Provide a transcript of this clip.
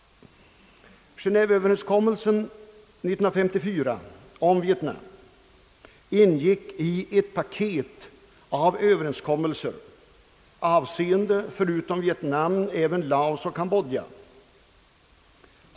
Genéveöverenskommelsen 1954 om Vietnam ingick i ett paket av överenskommelser avseende förutom Vietnam även Laos och Kambodja.